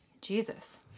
Jesus